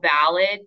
valid